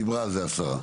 דיברה על זה השרה.